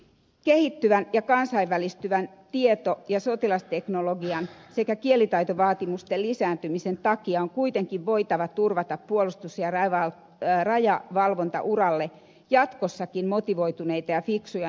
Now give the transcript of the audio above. kehittyvän ja kansainvälistyvän tieto ja sotilasteknologian sekä kielitaitovaatimusten lisääntymisen takia on kuitenkin voitava turvata puolustus ja rajavalvontauralle jatkossakin motivoituneita ja fiksuja nuoria